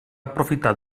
aprofitar